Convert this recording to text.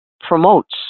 promotes